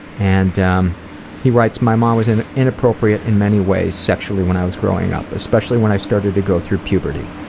and um he writes my mom was inappropriate in many ways sexually when i was growing up, especially when i started to go through puberty.